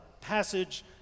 passage